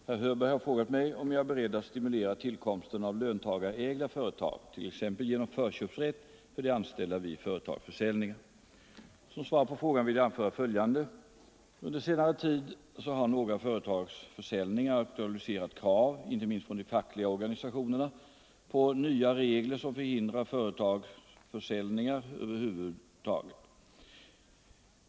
Herr talman! Herr Hörberg har frågat mig om jag är beredd att stimulera tillkomsten av löntagarägda företag, t.ex. genom förköpsrätt för de anställda vid företagsförsäljningar. Som svar på frågan vill jag anföra följande: Under senare tid har några företagsförsäljningar aktualiserat krav, inte minst från de fackliga organisationerna, på nya regler som förhindrar företagsförsäljningar ”över huvudet” på de anställda.